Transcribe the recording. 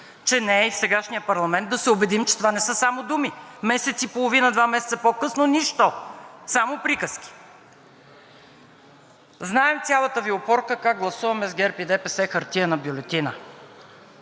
продължете и в сегашния парламент да се убедим, че това не са само думи. Месец и половина-два месеца по-късно, нищо, само приказки. Знаем цялата Ви опорка как гласуваме с ГЕРБ и ДПС хартиена бюлетина,